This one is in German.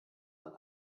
man